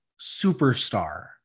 superstar